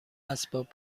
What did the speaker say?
اسباب